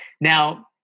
now